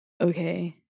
Okay